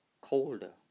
colder